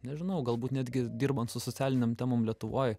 nežinau galbūt netgi dirbant su socialinėm temom lietuvoj